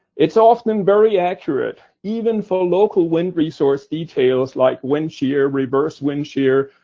it's often very accurate, even for local wind resource details like wind shear, reverse wind shear,